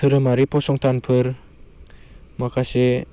धोरोमारि फसंथानफोर माखासे